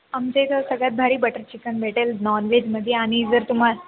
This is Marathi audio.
आमच्या इथं सगळ्यात भारी बटर चिकन भेटेल नॉनव्हेजमध्ये आणि जर तुमा